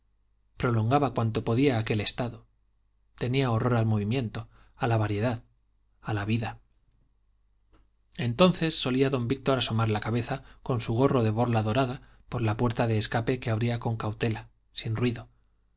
prolongaba cuanto podía aquel estado tenía horror al movimiento a la variedad a la vida entonces solía don víctor asomar la cabeza con su gorro de borla dorada por la puerta de escape que abría con cautela sin ruido